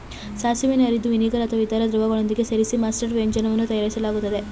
ಸಾಸಿವೆಯನ್ನು ಅರೆದು ವಿನಿಗರ್ ಅಥವಾ ಇತರ ದ್ರವಗಳೊಂದಿಗೆ ಸೇರಿಸಿ ಮಸ್ಟರ್ಡ್ ವ್ಯಂಜನವನ್ನು ತಯಾರಿಸಲಾಗ್ತದೆ